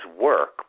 work